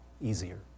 easier